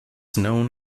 known